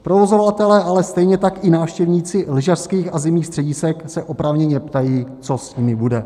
Provozovatelé, ale stejně tak i návštěvníci lyžařských a zimních středisek se oprávněně ptají, co s nimi bude.